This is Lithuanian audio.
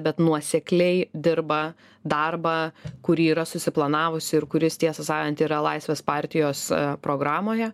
bet nuosekliai dirba darbą kurį yra susiplanavusi ir kuris tiesą sakant yra laisvės partijos programoje